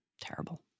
Terrible